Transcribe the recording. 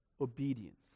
obedience